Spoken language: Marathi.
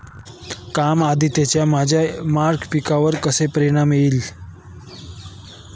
कमी आर्द्रतेचा माझ्या मका पिकावर कसा परिणाम होईल?